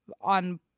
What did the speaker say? on